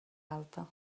alta